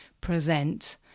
present